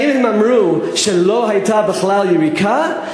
האם הם אמרו שלא הייתה בכלל יריקה,